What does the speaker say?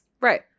Right